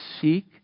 seek